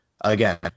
Again